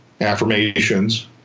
affirmations